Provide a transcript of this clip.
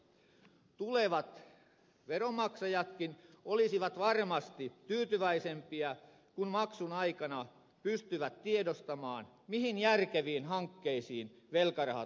tulevat veronmaksajatkin olisivat varmasti tyytyväisempiä kun maksun aikana pystyvät tiedostamaan mihin järkeviin hankkeisiin velkarahat on käytetty